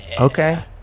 Okay